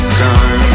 sun